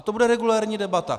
To bude regulérní debata.